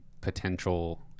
potential